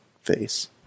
face